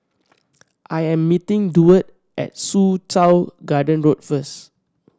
I am meeting Duard at Soo Chow Garden Road first